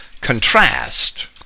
contrast